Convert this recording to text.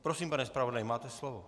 Prosím, pane zpravodaji, máte slovo.